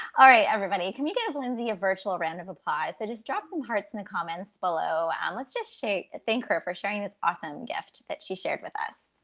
all right, everybody, can you give lindsey a virtual round of applause? so just drop some hearts in the comments below. and let's just shake thank her for sharing this awesome gift that she shared with us.